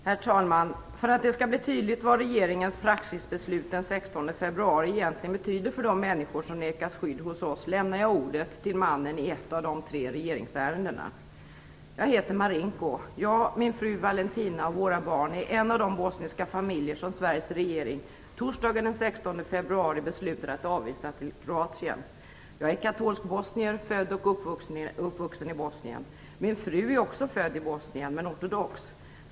Herr talman! För att det skall bli tydligt vad regeringens praxisbeslut den 16 februari egentligen betyder för de människor som nekas skydd hos oss lämnar jag ordet till mannen i ett av de tre regeringsärendena: Jag heter Marinko. Jag, min fru Valentina och våra barn är en av de bosniska familjer som Sveriges regering torsdagen den 16 februari beslutade att avvisa till Kroatien. Jag är katolsk bosnier, född och uppvuxen i Bosnien. Min fru är också född i Bosnien, men ortodox.